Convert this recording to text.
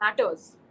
matters